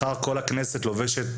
מחר כל הכנסת לובשת